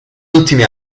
ultimi